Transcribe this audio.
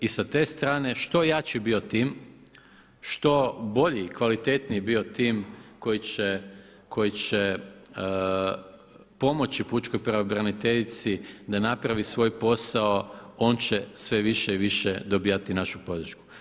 I sa te strane što jači bio tim, što bolji i kvalitetniji bio tim koji će pomoći pučkoj pravobraniteljici da napravi svoj posao, on će sve više i više dobivati našu podršku.